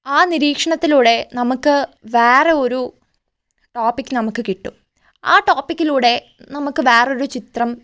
ആ നിരീക്ഷണത്തിലൂടെ നമുക്ക് വേറെ ഒരു ടോപ്പിക് നമുക്ക് കിട്ടും ആ ടോപ്പിക്കിലൂടെ നമുക്ക് വേറൊരു ചിത്രം